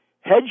hedge